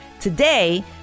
Today